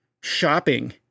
shopping